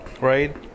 right